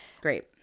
Great